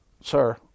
sir